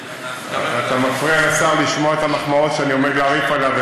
אתה מפריע לשר לשמוע את המחמאות שאני עומד להרעיף עליו,